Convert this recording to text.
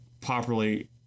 properly